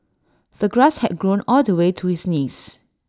the grass had grown all the way to his knees